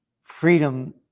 Freedom